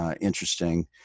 interesting